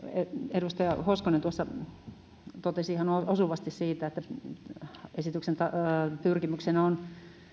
edustaja hoskonen tuossa totesi ihan osuvasti siitä että esityksen pyrkimyksenä on